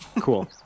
Cool